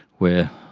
where